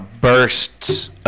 bursts